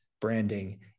branding